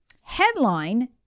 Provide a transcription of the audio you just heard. headline